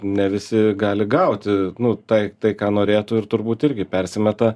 ne visi gali gauti nu tai tai ką norėtų ir turbūt irgi persimeta